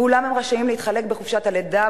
ואולם הם רשאים להתחלק בחופשת הלידה,